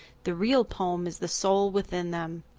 the real poem is the soul within them.